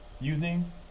using